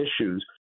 issues